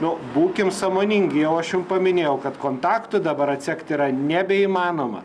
nu būkim sąmoningi jau aš jau paminėjau kad kontaktų dabar atsekt yra nebeįmanoma